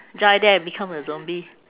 join them become a zombie